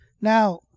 Now